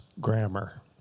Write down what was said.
grammar